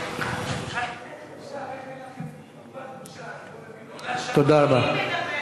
אין לכם טיפת בושה, תודה רבה.